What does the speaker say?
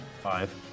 Five